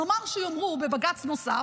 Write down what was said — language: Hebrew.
ונאמר שיאמרו בבג"ץ נוסף: